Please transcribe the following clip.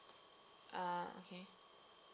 ah okay